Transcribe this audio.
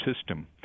system